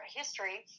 history